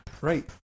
right